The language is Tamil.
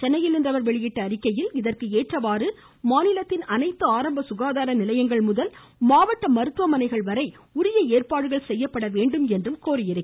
சென்னையில் இன்று அவர் வெளியிட்டுள்ள அறிக்கையில் இதற்கு அஏற்றவாறு மாநிலத்தின் அனைத்து நிலையங்கள் முதல் மாவட்ட மருத்துவமனைகள் வரை உரிய ஏற்பாடுகள் செய்யப்பட வேண்டும் என்றும் கோரியுள்ளார்